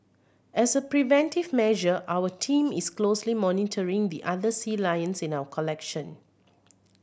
as a preventive measure our team is closely monitoring the other sea lions in our collection